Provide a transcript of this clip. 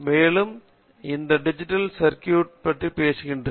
மேலும் அது digital computer பற்றி பேசுகிறேன்